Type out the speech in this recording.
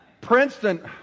Princeton